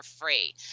free